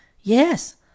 Yes